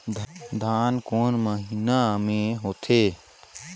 धान कोन महीना मे होथे?